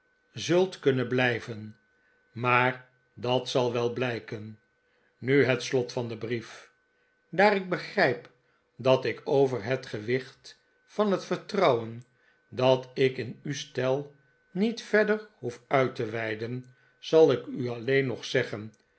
zult kunnen blijven maar dat zal wel blijken nu het slot van den brief daar ik begrijp dat ik over het gewicht van het vertrouwen dat ik in u stel niet verder hoef uit te weiden zal ik u alleen nog zeggen